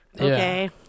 Okay